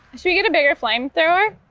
should we get a bigger flame thrower?